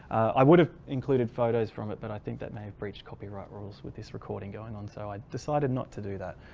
i would have included photos from it but i think that may have breached copyright rules with this recording going on so i decided not to do that.